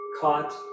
Caught